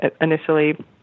initially